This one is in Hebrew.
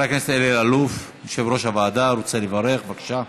תודה רבה.